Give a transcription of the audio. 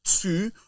Two